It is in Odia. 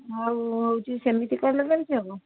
ଆଉ ହେଉଛି ସେମିତି କହିଲେ କେମିତି ହେବ